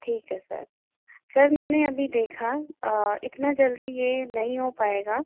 ठीक है sir sir मैंने अभी देखा इतना जल्दी यह नहीं हो पाएगा